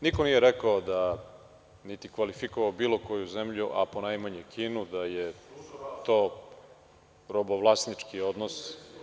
Niko nije rekao niti kvalifikovao bilo koju zemlju, a ponajmanje Kinu, da je to robovlasnički odnos.